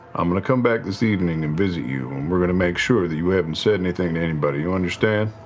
i'm going to come back this evening and visit you and we're going to make sure that you haven't said anything anybody, you understand?